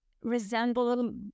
resemble